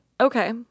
Okay